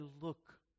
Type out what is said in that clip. look